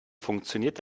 funktioniert